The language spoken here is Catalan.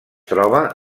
troba